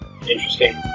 interesting